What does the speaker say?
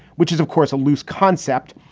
which is, of course, a loose concept.